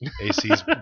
AC's